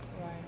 Right